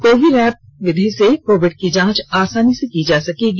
कोविरैप विधि से कोविड की जांच आसानी से की जा सकती है